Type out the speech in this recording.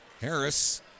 Harris